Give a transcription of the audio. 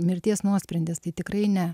mirties nuosprendis tai tikrai ne